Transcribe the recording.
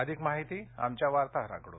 अधिक माहिती आमच्या वार्ताहराकडून